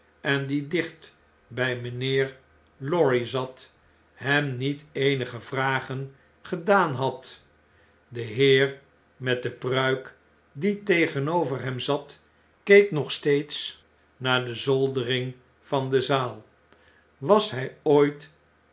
en die dicht bij mijnheer lorry zat hem niet eenige in londen en paetjs vragen gedaan had de heer met de pruik die tegenover hem zat keek nog steeds naar de zoldering van de zaal was hy ooit